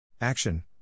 Action